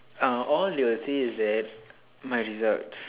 uh all they will say is that my results